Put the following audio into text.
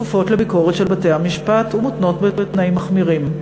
שכפופות לביקורת של בתי-המשפט ומותנות בתנאים מחמירים.